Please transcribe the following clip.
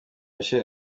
michel